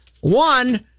one